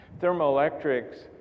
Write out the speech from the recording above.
Thermoelectrics